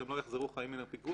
שהם לא יחזרו חיים מן הפיגוע.